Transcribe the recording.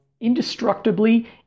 indestructibly